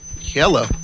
Hello